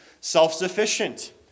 self-sufficient